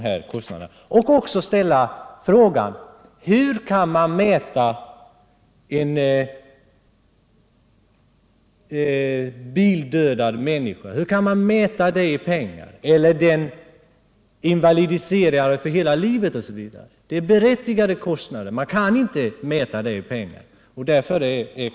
Hur skall man kunna mäta i pengar om en människa dödas i trafiken eller invalidiseras för hela livet? Det är berättigat att fråga om dessa kostnader, men det går inte att mäta i pengar.